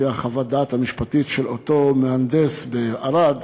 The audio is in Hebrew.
לפי חוות הדעת המשפטית של אותו מהנדס בערד